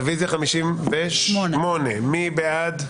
רביזיה על 46. מי בעד?